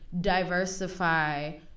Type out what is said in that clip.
diversify